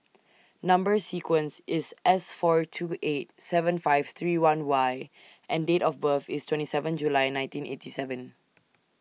Number sequence IS S four two eight seven five three one Y and Date of birth IS twenty seven July nineteen eighty seven